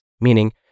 meaning